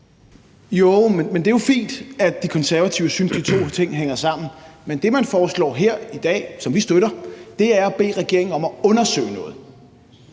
(V): Det er jo fint, at De Konservative synes, at de to ting hænger sammen. Men det, man foreslår her i dag, og som vi støtter, er at bede regeringen om at undersøge noget.